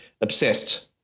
obsessed